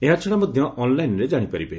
ଏହାଛଡ଼ା ମଧ୍ୟ ଅନ୍ଲାଇନ୍ରେ କାଶିପାରିବ